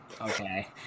okay